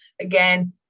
Again